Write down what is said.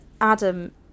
adam